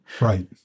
Right